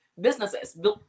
businesses